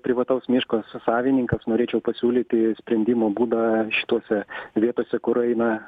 privataus miško sa savininkas norėčiau pasiūlyti sprendimo būdą šitose vietose kur eina